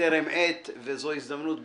בטרם עת וזו הזדמנות כאן,